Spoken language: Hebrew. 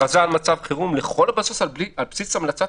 שתיים, הכרזה על מצב חירום על בסיס המלצת